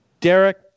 Derek